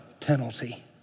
penalty